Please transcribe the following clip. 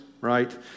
right